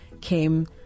came